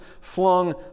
flung